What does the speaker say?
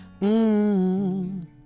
Mmm